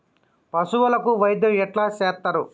పశువులకు వైద్యం ఎట్లా చేత్తరు?